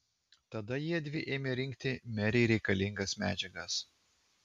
tada jiedvi ėmė rinkti merei reikalingas medžiagas